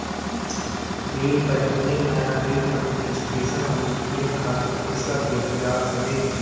rail budget में नया rail पटरी, स्टेशन अउरी ट्रेन खातिर पईसा देहल जात हवे